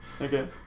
Okay